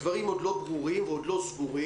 הדברים עוד לא ברורים ועוד לא סגורים,